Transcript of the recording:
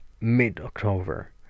mid-october